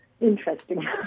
interesting